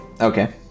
Okay